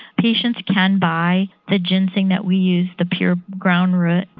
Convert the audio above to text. patients can buy the ginseng that we used, the pure ground root,